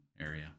area